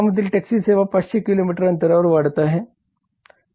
शहरांमधील टॅक्सी सेवा 500 किलोमीटर अंतरावर वाढत आहेत